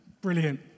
Brilliant